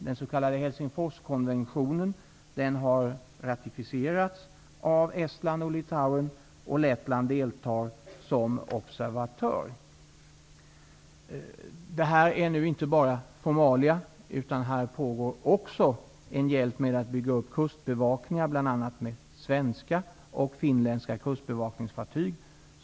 Den s.k Helsingforskonventionen har ratificerats av Estland och Litauen, och Lettland deltar som observatör. Detta är inte bara formalia. Här pågår också en hjälp med att bygga upp kustbevakningar, bl.a. med svenska och finländska kustbevakningsfartyg.